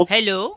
Hello